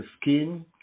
skin